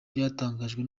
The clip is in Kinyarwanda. byatangajwe